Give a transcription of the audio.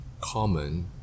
common